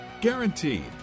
Guaranteed